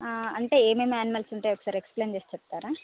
అంటే ఏమేం ఆనిమల్స్ ఉంటాయి ఒకసారి ఎక్స్ప్లేయిన్ చేసి చెప్తారా